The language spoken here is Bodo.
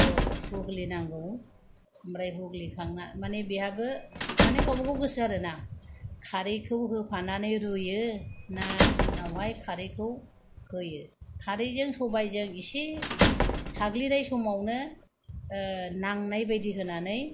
हुग्लिनांगौ ओमफ्राय हुग्लिखांना मानि बेहाबो मानि गावबागाव गोसो आरो ना खारैखौ होफानानै रुयो ना उनावहाय खारैखौ होयो खारैजों सबायजों एसे साग्लिनाय समावनो नांनाय बायदि होनानै